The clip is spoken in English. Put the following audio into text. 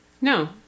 No